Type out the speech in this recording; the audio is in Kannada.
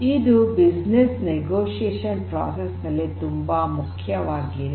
ಇದು ಬಿಸಿನೆಸ್ ನೆಗೋಷಿಯೇಷನ್ ಪ್ರೋಸೆಸ್ ನಲ್ಲಿ ತುಂಬಾ ಮುಖ್ಯವಾಗಿದೆ